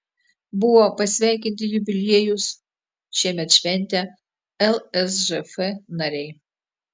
buvo pasveikinti jubiliejus šiemet šventę lsžf nariai